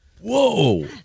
Whoa